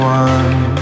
one